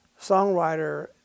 songwriter